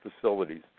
facilities